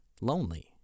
lonely